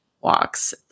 Walks